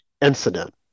incident